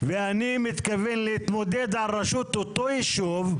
ואני מתכוון להתמודד על ראשות אותו ישוב,